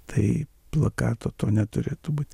tai plakato to neturėtų būt